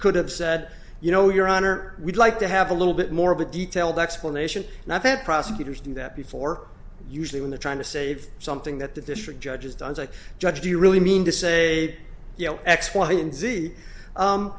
could have said you know your honor we'd like to have a little bit more of a detailed explanation and i think prosecutors do that before usually when the trying to save something that the district judges does like judge do you really mean to say you know x y and z